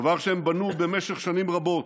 דבר שהם בנו במשך שנים רבות,